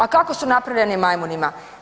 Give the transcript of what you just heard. A kako su napravljeni majmunima?